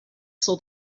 saw